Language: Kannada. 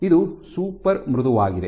ಇದು ಸೂಪರ್ ಮೃದುವಾಗಿದೆ